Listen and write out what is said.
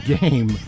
game